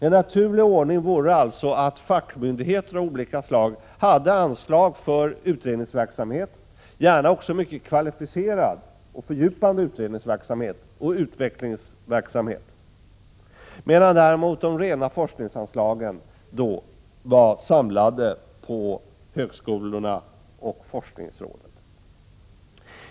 En naturlig ordning vore alltså att fackmyndigheter av olika slag fick anslag för utredningsverksamhet — gärna mycket kvalificerad och fördjupad utredningsoch utvecklingsverksamhet — medan däremot de rena forskningsanslagen skulle vara samlade till högskolorna och forskningsråden.